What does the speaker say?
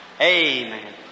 Amen